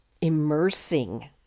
immersing